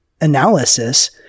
analysis